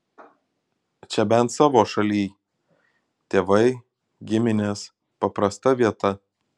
čia bent savo šalyj tėvai giminės paprasta vieta